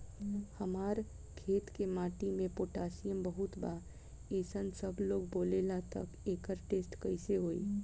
हमार खेत के माटी मे पोटासियम बहुत बा ऐसन सबलोग बोलेला त एकर टेस्ट कैसे होई?